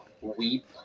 Weep